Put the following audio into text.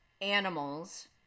animals